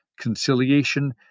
conciliation